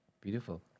Beautiful